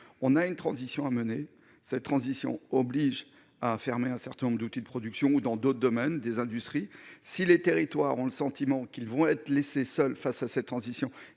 on a une transition à mener cette transition oblige à fermer un certain nombre d'outils de production ou dans d'autres domaines des industries si les territoires ont le sentiment qu'ils vont être laissés seuls face à cette transition